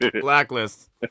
Blacklist